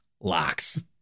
Locks